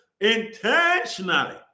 intentionally